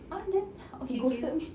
ah then okay okay